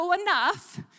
enough